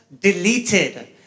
deleted